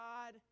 God